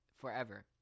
forever